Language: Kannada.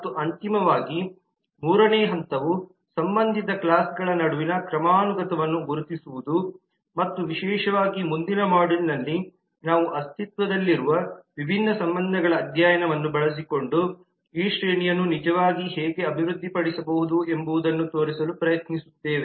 ಮತ್ತು ಅಂತಿಮವಾಗಿ ಮೂರನೇ ಹಂತವು ಸಂಬಂಧಿತ ಕ್ಲಾಸ್ಗಳ ನಡುವಿನ ಕ್ರಮಾನುಗತವನ್ನು ಗುರುತಿಸುವುದು ಮತ್ತು ವಿಶೇಷವಾಗಿ ಮುಂದಿನ ಮಾಡ್ಯೂಲ್ನಲ್ಲಿ ನಾವು ಅಸ್ತಿತ್ವದಲ್ಲಿರುವ ವಿಭಿನ್ನ ಸಂಬಂಧಗಳ ಅಧ್ಯಯನವನ್ನು ಬಳಸಿಕೊಂಡು ಈ ಶ್ರೇಣಿಯನ್ನು ನಿಜವಾಗಿಯೂ ಹೇಗೆ ಅಭಿವೃದ್ಧಿಪಡಿಸಬಹುದು ಎಂಬುದನ್ನು ತೋರಿಸಲು ಪ್ರಯತ್ನಿಸುತ್ತೇವೆ